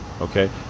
Okay